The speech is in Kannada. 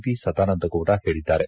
ವಿ ಸದಾನಂದ ಗೌಡ ಹೇಳಿದ್ದಾರೆ